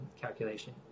calculation